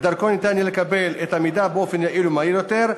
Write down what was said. ודרכו יהיה אפשר לקבל את המידע באופן יעיל ומהיר יותר.